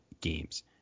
games